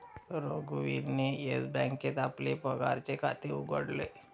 रघुवीरने येस बँकेत आपले पगाराचे खाते उघडले